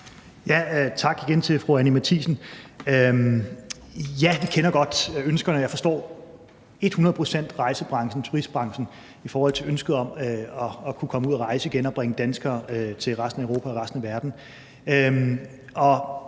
Tak igen til fru Anni Matthiesen. Ja, vi kender godt ønskerne, og jeg forstår ethundrede procent rejsebranchen og turistbranchen i forhold til ønsket om at kunne komme ud at rejse igen og bringe danskere til resten af Europa og resten af verden.